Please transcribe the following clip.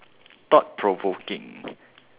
thought provoking